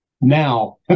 now